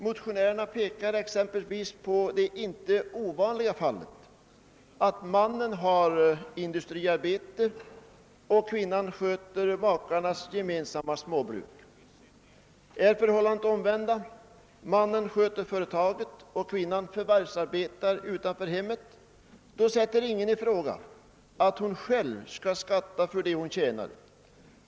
Motionärerna pekar exempelvis på det inte ovanliga fallet, att mannen arbetar i industrin medan kvinnan sköter makarnas gemensamma småbruk. Är förhållandet det omvända, att mannen sköter företaget och kvinnan förvärvsarbetar utanför hemmet, ifrågasätter ingen att hon själv skall skatta för det hon tjänar.